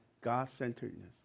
God-centeredness